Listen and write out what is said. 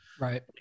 right